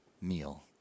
meal